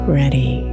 ready